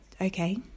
okay